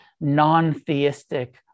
non-theistic